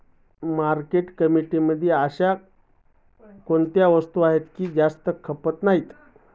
मार्केटमध्ये अशी कोणती वस्तू आहे की जास्त खपत नाही?